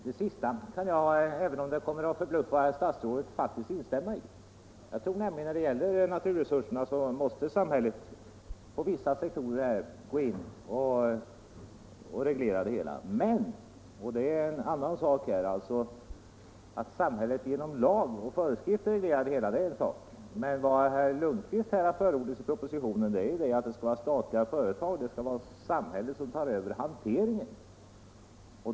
Herr talman! Det sista uttalandet kan jag, även om det kommer att förbluffa statsrådet, faktiskt instämma i. Jag tror nämligen när det gäller naturresurserna att samhället måste gå in och reglera verksamheten på vissa sektorer. Men att samhället genom lag och föreskrifter reglerar verksamheten är en sak. Vad statsrådet Lundkvist förordar i propositionen är att det skall vara statliga företag, dvs. samhället, som tar över hanteringen.